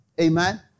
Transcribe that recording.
Amen